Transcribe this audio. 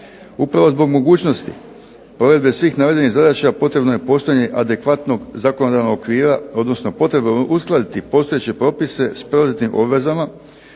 Upravo zbog mogućnosti provedbe svih navedenih zadaća potrebno je postanje adekvatnog zakonodavnog okvira odnosno potrebe uskladiti postojeće obveze s ... obvezama